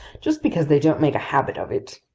just because they don't make a habit of it,